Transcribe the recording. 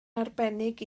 arbennig